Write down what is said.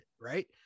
right